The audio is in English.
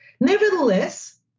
Nevertheless